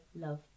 love